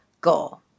goal